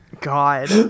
God